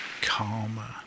calmer